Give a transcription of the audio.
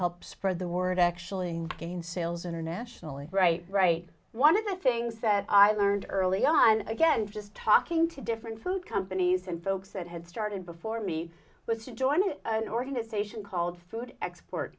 help spread the word actually gain sales internationally right right one of the things that i learned early on again just talking to different food companies and folks that had started before me was to join an organization called food export